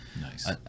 Nice